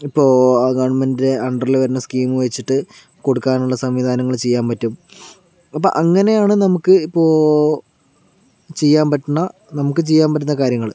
ഇപ്പോൾ ഗവൺമെൻറ്റ് അണ്ടർല് വരുന്ന സ്കീമ് വെച്ചിട്ട് കൊടുക്കാനുള്ള സംവിധാനങ്ങൾ ചെയ്യാൻ പറ്റും അപ്പോൾ അങ്ങനെയാണ് നമ്മൾക്ക് ഇപ്പോൾ ചെയ്യാൻ പറ്റുന്ന നമുക്ക് ചെയ്യാൻ പറ്റുന്ന കാര്യങ്ങൾ